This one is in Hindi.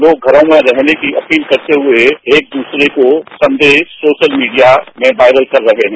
लोग घरों में रहने की अपील करते हुए एक दूसरे को संदेश सोशल मीडिया में वायरल कर रहे हैं